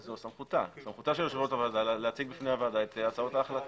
זו סמכותה, להציג בפני הוועדה את הצעות ההחלטה.